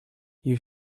you